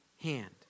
hand